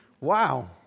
Wow